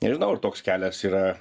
nežinau ar toks kelias yra